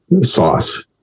sauce